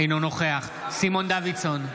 אינו נוכח סימון דוידסון,